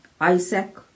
Isaac